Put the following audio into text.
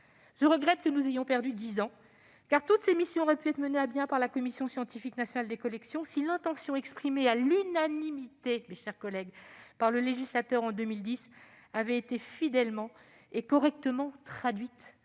Je regrette que nous ayons perdu dix ans, car toutes ces missions auraient pu être menées à bien par la Commission scientifique nationale des collections (CSNC) si l'intention exprimée à l'unanimité par le législateur en 2010 avait été fidèlement et correctement traduite.